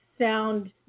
sound